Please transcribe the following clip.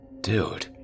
Dude